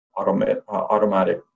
automatic